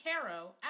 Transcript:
Caro